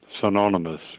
synonymous